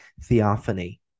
theophany